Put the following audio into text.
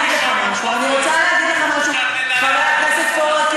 משהו, חבר הכנסת פורר.